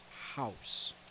house